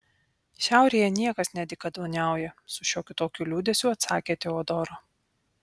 šiaurėje niekas nedykaduoniauja su šiokiu tokiu liūdesiu atsakė teodora